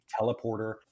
teleporter